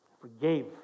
Forgave